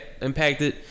Impacted